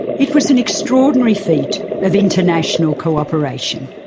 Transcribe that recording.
it was an extraordinary feat of international cooperation,